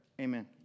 Amen